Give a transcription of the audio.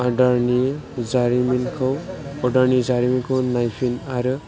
अर्डारनि जारिमिनखौ नायफिन आरो